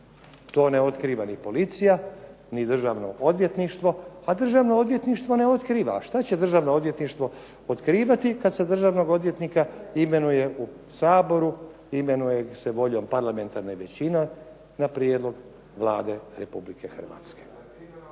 To ne otkriva ni policija, ni Državno odvjetništvo. A Državno odvjetništvo ne otkriva! A šta će Državno odvjetništvo otkrivati kad se državnog odvjetnika imenuje u Saboru, imenuje ih se voljom parlamentarne većine na prijedlog Vlade Republike Hrvatske.